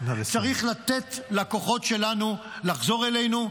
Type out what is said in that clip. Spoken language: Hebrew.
צריך לתת לכוחות שלנו לחזור אלינו.